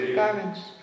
garments